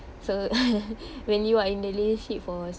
so when you are in the relationship for